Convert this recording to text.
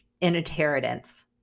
inheritance